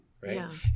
right